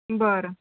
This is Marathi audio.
बरं